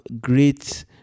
great